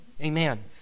Amen